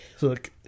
Look